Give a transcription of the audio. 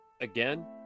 Again